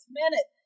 minute